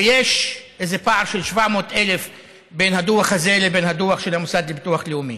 ויש איזה פער של 700,000 בין הדוח הזה לבין הדוח של המוסד לביטוח לאומי.